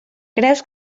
creus